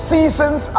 Seasons